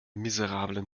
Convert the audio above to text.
miserablen